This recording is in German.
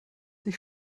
sich